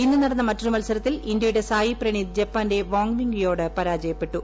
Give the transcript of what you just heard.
ഇന്ന് നടന്ന മറ്റൊരു മത്സരത്തിൽ ഇന്ത്യയുടെ സായ് പ്രണീത് ജപ്പാന്റെ വോങ് വിങ് കി യോട് പരാജയപ്പെട്ടു